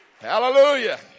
Hallelujah